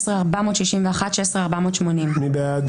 16,201 עד 16,220. מי בעד?